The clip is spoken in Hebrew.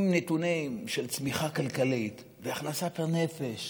עם נתונים של צמיחה כלכלית והכנסה פר נפש,